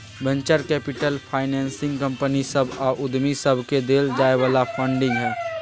venture capital financing company सभ आ उद्यमी सबकेँ देल जाइ बला फंडिंग छै